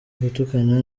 gutukana